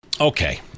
Okay